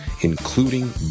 including